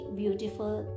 beautiful